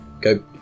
go